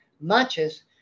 matches